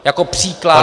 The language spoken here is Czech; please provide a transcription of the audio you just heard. Jako příklad